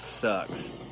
Sucks